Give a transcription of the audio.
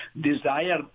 desire